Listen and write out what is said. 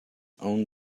own